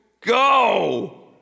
go